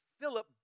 Philip